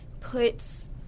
puts